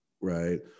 right